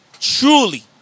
truly